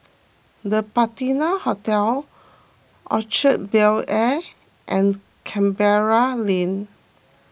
the Patina Hotel Orchard Bel Air and Canberra Lane